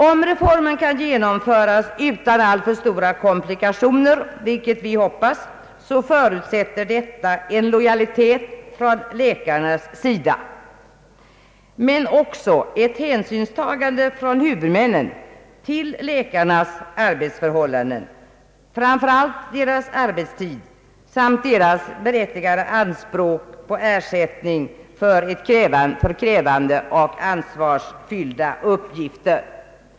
Om reformen kan genomföras utan alltför stora komplikationer, vilket vi hoppas, förutsätter detta en lojalitet från läkarna men även ett hänsynstagande från huvudmännens sida till läkarnas arbetsförhållanden, framför allt deras arbetstid och deras berättigade anspråk på ersättning för krävande och ansvarsfyllda uppgifter.